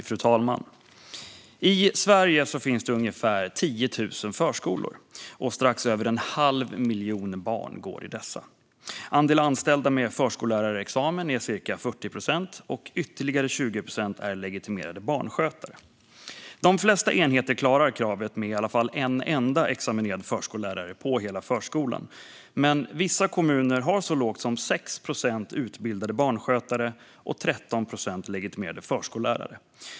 Fru talman! I Sverige finns ungefär 10 000 förskolor, och strax över en halv miljon barn går i dessa. Andelen anställda med förskollärarexamen är cirka 40 procent. Ytterligare 20 procent är legitimerade barnskötare. De flesta enheter klarar kravet på i alla fall en enda examinerad förskollärare på hela förskolan, men vissa kommuner har en så låg nivå som 6 procent utbildade barnskötare och 13 procent legitimerade förskollärare.